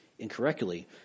Incorrectly